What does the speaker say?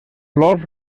flors